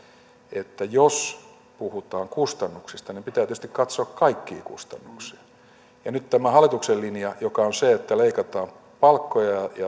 että jos puhutaan kustannuksista pitää tietysti katsoa kaikkia kustannuksia nyt tällä hallituksen linjalla joka on se että leikataan palkkoja ja